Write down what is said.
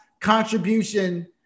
contribution